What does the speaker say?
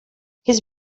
his